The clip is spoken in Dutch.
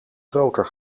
groter